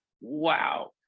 wow